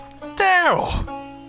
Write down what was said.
Daryl